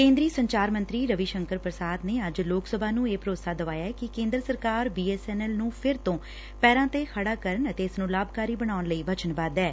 ਕੇਂਦਰੀ ਸੰਚਾਰ ਮੰਤਰੀ ਰਵੀ ਸ਼ੰਕਰ ਪ੍ਸਾਦ ਨੇ ਅੱਜ ਲੋਕ ਸਭਾ ਨੂੰ ਇਹ ਭਰੋਸਾ ਦਵਾਇਆ ਕਿ ਕੇਂਦਰ ਸਰਕਾਰ ਬੀ ਐਸ ਐਨ ਐਲ ਨੂੰ ਫਿਰ ਤੋਂ ਪੈਰਾਂ ਤੇ ਖੜ੍ਹਾ ਕਰਨ ਅਤੇ ਇਸ ਨੂੰ ਲਾਭਕਾਰੀ ਬਣਾਉਣ ਲਈ ਵਚਨਬੱਧ ਐ